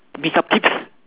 makeup tips